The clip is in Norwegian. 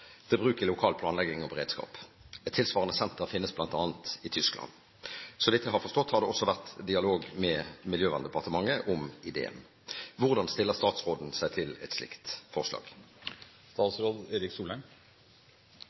til bruk i lokal planlegging og beredskap. Et tilsvarende senter finnes bl.a. i Tyskland. Så vidt jeg har forstått, har det også vært dialog med Miljøverndepartementet om ideen. Hvordan stiller statsråden seg til et slikt forslag?»